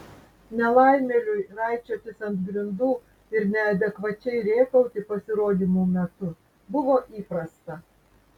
nelaimėliui raičiotis ant grindų ir neadekvačiai rėkauti pasirodymų metu buvo įprasta